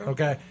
Okay